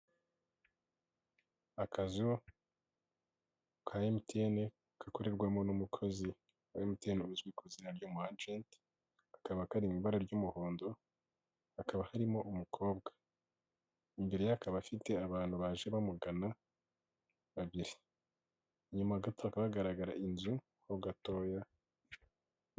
Akazu ka MTN gakorerwamo n'umukozi wa MTN uzwi ku izina ry'umu agenti, kakaba kari mu ibara ry'umuhondo hakaba harimo umukobwa, imbere ye akaba afite abantu baje bamugana babiri, inyuma gato hakaba hagaragara inzu ho gatoya.